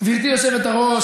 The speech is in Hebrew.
גברתי היושבת-ראש,